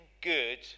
good